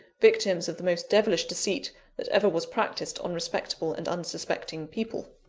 victims of the most devilish deceit that ever was practised on respectable and unsuspecting people.